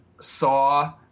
saw